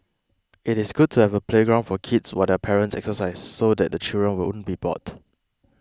it is good to have a playground for kids what their parents exercise so that children won't be bored